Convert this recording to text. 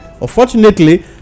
Unfortunately